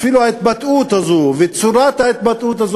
אפילו ההתבטאות הזאת וצורת ההתבטאות הזאת